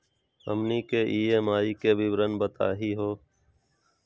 हमनी के ई.एम.आई के विवरण बताही हो?